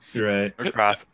right